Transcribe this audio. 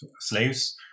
slaves